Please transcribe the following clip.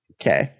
Okay